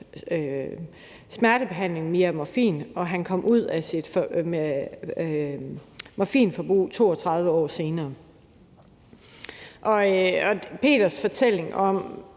smertebehandling via morfin, og han kom ud af sit morfinforbrug 32 år senere. Peters fortælling om